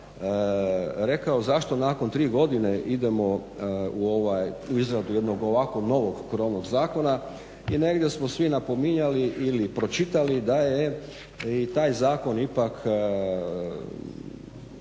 rekao zašto nakon tri godine idemo u izradu jednog ovako novog krovnog zakona i negdje smo svi napominjali ili pročitali da je i taj zakon ipak